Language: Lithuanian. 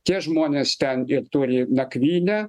tie žmonės ten ir turi nakvynę